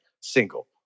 single